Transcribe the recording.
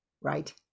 right